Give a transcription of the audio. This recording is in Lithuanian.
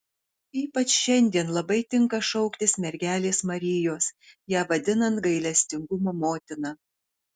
ypač šiandien labai tinka šauktis mergelės marijos ją vadinant gailestingumo motina